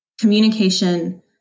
communication